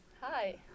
Hi